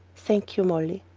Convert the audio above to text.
thank you, molly.